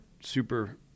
super